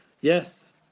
Yes